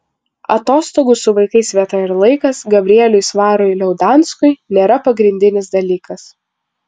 atostogų su vaikais vieta ir laikas gabrieliui svarui liaudanskui nėra pagrindinis dalykas